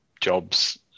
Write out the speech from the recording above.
jobs